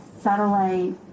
satellite